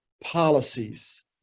policies